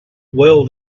well